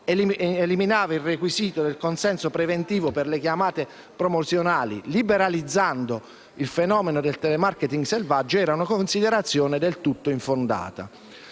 eliminava il requisito del consenso preventivo per le chiamate promozionali, "liberalizzando" il fenomeno del *telemarketing* selvaggio era una considerazione del tutto infondata.